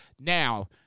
Now